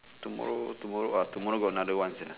tomorrow tomorrow ah got another one sia